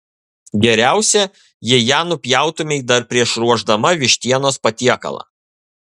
geriausia jei ją nupjautumei dar prieš ruošdama vištienos patiekalą